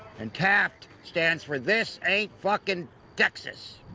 and taft stands for this ain't fucking texas.